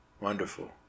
Wonderful